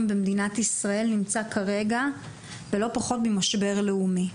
במדינת ישראל נמצא כרגע בלא פחות ממשבר לאומי.